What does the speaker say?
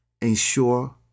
ensure